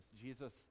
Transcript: jesus